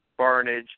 Barnage